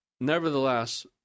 Nevertheless